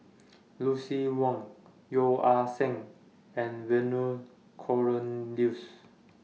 Lucien Wang Yeo Ah Seng and Vernon Cornelius